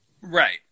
Right